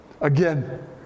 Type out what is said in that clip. Again